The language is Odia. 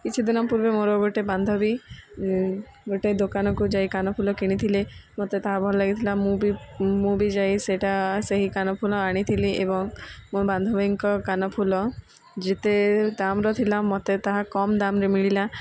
କିଛି ଦିନ ପୂର୍ବେ ମୋର ଗୋଟେ ବାନ୍ଧବୀ ଗୋଟେ ଦୋକାନକୁ ଯାଇ କାନଫୁଲ କିଣିଥିଲେ ମତେ ତାହା ଭଲ ଲାଗିଥିଲା ମୁଁ ବି ମୁଁ ବି ଯାଇ ସେଇଟା ସେହି କାନଫୁଲ ଆଣିଥିଲି ଏବଂ ମୋ ବାନ୍ଧବୀଙ୍କ କାନଫୁଲ ଯେତେ ଦାମ୍ର ଥିଲା ମତେ ତାହା କମ୍ ଦାମ୍ରେ ମିଳିଲା